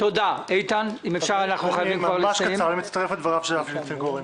אני מצטרף לדבריו של אבי ניסנקורן.